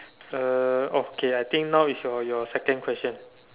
uh oh okay I think now is your your second question